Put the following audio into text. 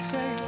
Say